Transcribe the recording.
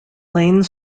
lane